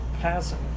passing